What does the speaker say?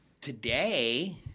Today